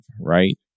right